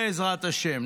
בעזרת השם,